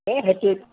এ